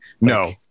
No